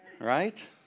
Right